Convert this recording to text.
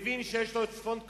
מבין שיש לו את צפון-קוריאה,